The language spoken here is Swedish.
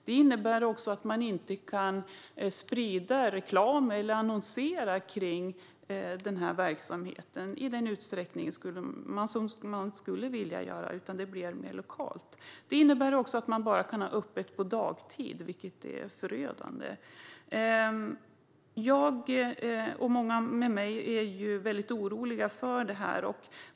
Det innebär att man inte kan sprida reklam och annonsera om den verksamheten på det sätt som man skulle vilja göra, utan det blir mer lokalt. Det innebär också att man bara kan ha öppet dagtid, vilket är förödande. Jag och många med mig är väldigt oroliga.